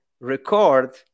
record